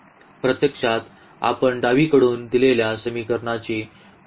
प्रत्यक्षात आपण डावीकडून दिलेल्या समीकरणांची प्रणाली आहे